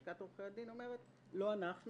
לשכת עורכי הדין אומרת: לא אנחנו